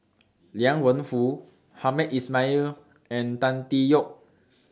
Liang Wenfu Hamed Ismail and Tan Tee Yoke